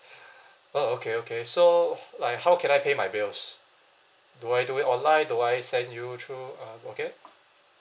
uh okay okay so like how can I pay my bills do I do it online do I send you through uh okay